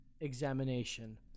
examination